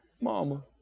Mama